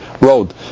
road